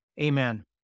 Amen